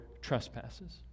trespasses